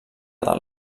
del